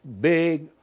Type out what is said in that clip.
big